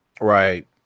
right